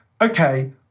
okay